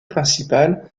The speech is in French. principale